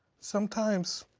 sometimes,